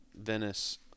Venice